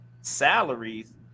salaries